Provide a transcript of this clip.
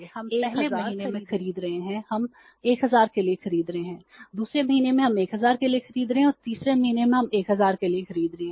इसलिए हम पहले महीने में खरीद रहे हैं हम 1000 के लिए खरीद रहे हैं दूसरे महीने में हम 1000 के लिए खरीद रहे हैं और तीसरे महीने में हम 1000 के लिए खरीद रहे हैं